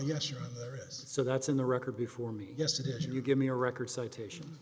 you so that's in the record before me yesterday you give me a record citation